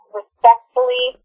respectfully